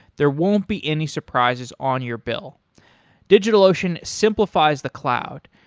there won't be any surprises on your bill digitalocean simplifies the cloud.